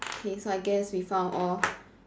okay so I guess we found all